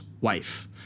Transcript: wife